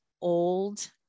old